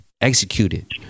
executed